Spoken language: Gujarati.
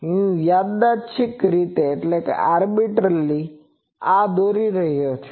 હું યાદ્રચ્છીક રીતે આ દોરી રહ્યો છું